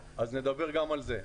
נדבר גם על זה.